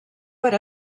per